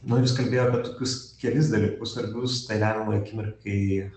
nu jis kalbėjo apie tokius kelis dalykus svarbius tai lemiamai akimirkai